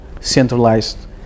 centralized